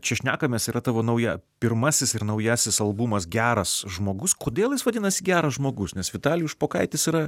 čia šnekamės yra tavo nauja pirmasis ir naujasis albumas geras žmogus kodėl jis vadinasi geras žmogus nes vitalijus špokaitis yra